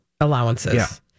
allowances